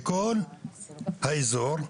בכל האיזור,